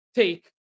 take